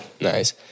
Nice